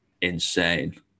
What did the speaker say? insane